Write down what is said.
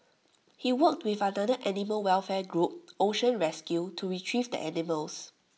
he worked with another animal welfare group ocean rescue to Retrieve the animals